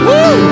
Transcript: Woo